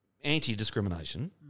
anti-discrimination